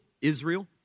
Israel